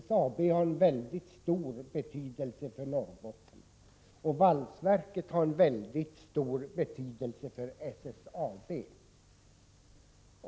SSAB har mycket stor betydelse för Norrbotten, och valsverket har mycket stor betydelse för SSAB.